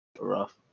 Rough